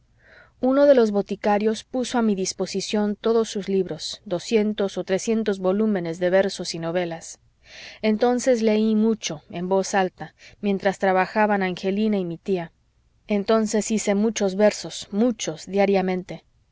uno de los boticarios puso a mi disposición todos sus libros doscientos o trescientos volúmenes de versos y novelas entonces leí mucho en voz alta mientras trabajaban angelina y mi tía entonces hice muchos versos muchos diariamente